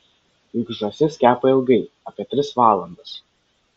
juk žąsis kepa ilgai apie tris valandas